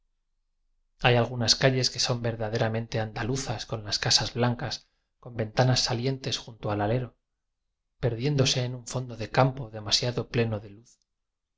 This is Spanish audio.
hay algunas calles que son verdadera mente andaluzas con las casas blancas con ventanas salientes junto al alero perdién dose en un fondo de campo demasiado pleno de luz